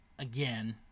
Again